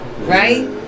right